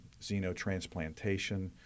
xenotransplantation